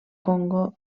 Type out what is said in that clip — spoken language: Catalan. congo